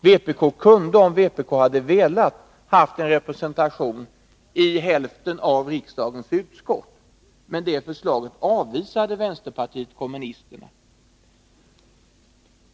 Vpk kunde emellertid, om partiet hade velat det, ha varit representerat i hälften av riksdagens utskott, men förslaget härom avvisades av vänsterpartiet kommunisterna.